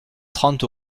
trente